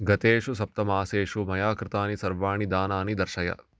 गतेषु सप्तमासेषु मया कृतानि सर्वाणि दानानि दर्शय